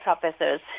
professors